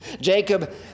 Jacob